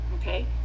okay